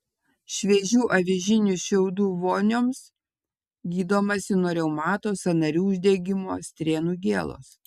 šviežių avižinių šiaudų vonioms gydomasi nuo reumato sąnarių uždegimo strėnų gėlos